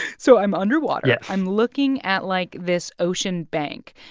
so i'm underwater yes i'm looking at, like, this ocean bank.